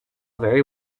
very